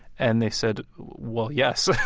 and they said, well, yes. so